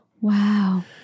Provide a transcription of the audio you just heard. Wow